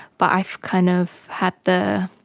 but i've kind of had the